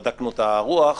בדקנו את הרוח,